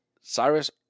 Cyrus